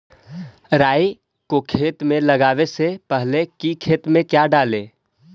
राई को खेत मे लगाबे से पहले कि खेत मे क्या डाले?